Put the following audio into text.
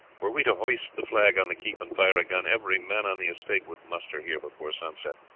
were we to hoist the flag on the keep and fire a gun, every man on the estate would muster here before sunset,